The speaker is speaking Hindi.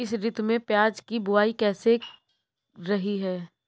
इस ऋतु में प्याज की बुआई कैसी रही है?